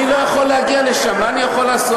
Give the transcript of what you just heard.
אני לא יכול להגיע לשם, מה אני יכול לעשות?